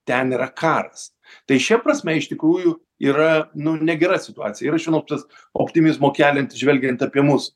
ten yra karas tai šia prasme iš tikrųjų yra nu negera situacija ir iš vienos pusės optimizmo keliant žvelgiant apie mus